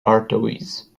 artois